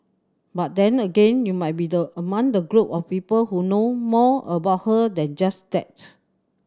but then again you might be the among the group of people who know more about her than just that